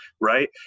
right